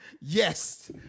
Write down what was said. Yes